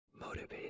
motivated